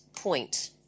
point